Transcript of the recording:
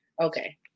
Okay